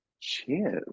cheers